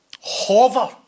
hover